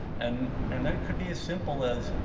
and and then it could be as simple as,